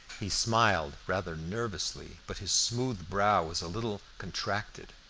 he smiled rather nervously, but his smooth brow was a little contracted.